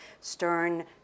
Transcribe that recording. stern